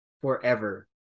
forever